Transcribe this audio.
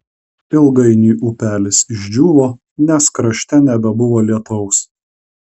ilgainiui upelis išdžiūvo nes krašte nebuvo lietaus